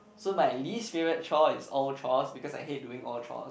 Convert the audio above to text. so my least favourite chore is all chores because I hate doing all chores